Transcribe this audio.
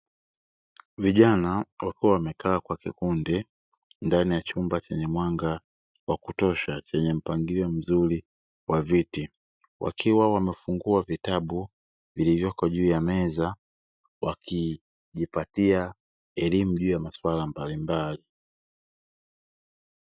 Vijana wakiwa wamekaa kwa kikundi ndani ya chumba chenye mwanga wa kutosha, chenye mpangilio mzuri wa viti wakiwa wamefungua vitabu vilivyoko juu ya meza wakijipatia elimu juu ya maswala mbalimbali.